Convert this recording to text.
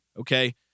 Okay